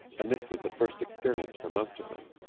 and this was the first experience for most of them.